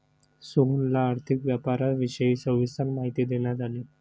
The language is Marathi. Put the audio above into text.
सोहनला आर्थिक व्यापाराविषयी सविस्तर माहिती देण्यात आली